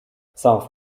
south